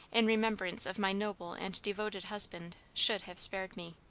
in remembrance of my noble and devoted husband, should have spared me.